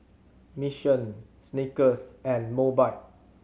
Mission Snickers and Mobike